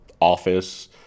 office